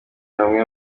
hamwe